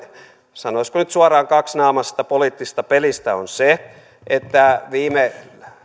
sanoisiko nyt suoraan kaksinaamaisesta poliittisesta pelistänne on se että viime